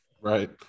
Right